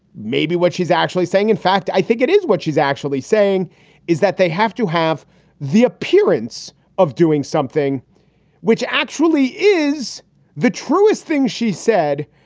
maybe what she's actually saying, in fact, i think it is what she's actually saying is that they have to have the appearance of doing something which actually is the truest thing she said,